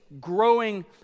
growing